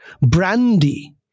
brandy